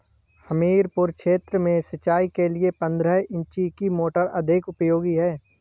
हमीरपुर क्षेत्र में सिंचाई के लिए पंद्रह इंची की मोटर अधिक उपयोगी है?